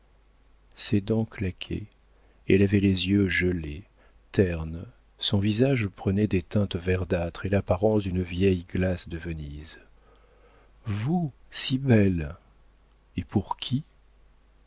ses dents claquaient elle avait les yeux gelés ternes son visage prenait des teintes verdâtres et l'apparence d'une vieille glace de venise vous si belle et pour qui